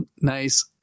nice